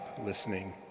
listening